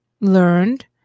learned